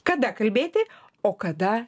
kada kalbėti o kada